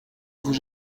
vous